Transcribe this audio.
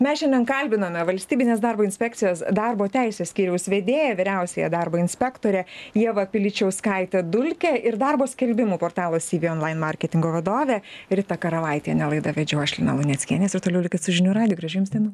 mes šiandien kalbinome valstybinės darbo inspekcijos darbo teisės skyriaus vedėją vyriausiąją darbo inspektorę ieva piličiauskaitę dulkę ir darbo skelbimų portalo cv online marketingo vadovę ritą karavaitienę laidą vedžiau aš lina luneckienė ir toliau likt su žinių radiju gražių jums dienų